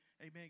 Amen